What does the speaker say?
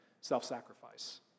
self-sacrifice